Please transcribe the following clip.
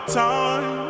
time